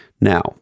now